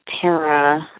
Tara